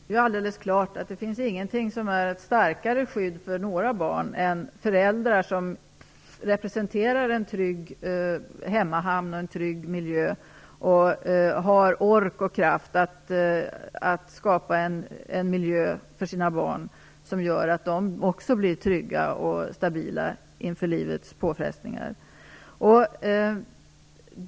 Herr talman! Det är alldeles klart att det inte finns någonting som ger ett starkare skydd för några barn än föräldrar som representerar en trygg hemmahamn och en trygg miljö och som har ork och kraft att skapa en sådan miljö för sina barn som gör att de blir trygga och stabila inför livets påfrestningar.